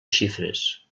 xifres